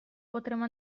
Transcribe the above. potremmo